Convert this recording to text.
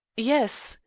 yes.